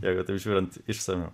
jeigu taip žiūrint išsamiau